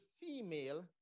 female